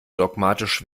dogmatisch